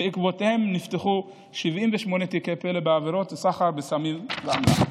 ובעקבותיהן נפתחו 78 תיקי פל"א בעבירות סחר בסמים ואמל"ח.